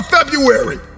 February